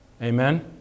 Amen